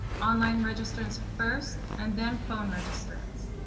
online registrants first and then phone registrants.